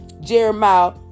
Jeremiah